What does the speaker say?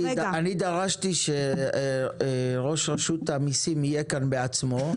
אני דרשתי שראש רשות המיסים יהיה כאן בעצמו.